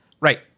Right